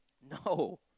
No